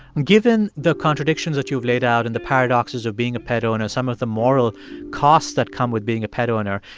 and given the contradictions that you've laid out and the paradoxes of being a pet owner, some of the moral costs that come with being a pet owner,